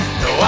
no